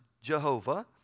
Jehovah